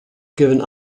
given